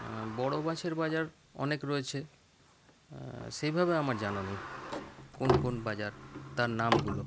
বড় মাছের বাজার অনেক রয়েছে সেভাবে আমার জানা নেই কোন কোন বাজার তার নামগুলো